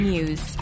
News